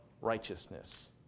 righteousness